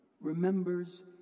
remembers